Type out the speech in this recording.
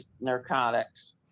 narcotics